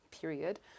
period